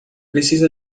preciso